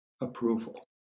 approval